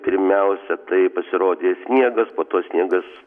pirmiausia tai pasirodė sniegas po to sniegas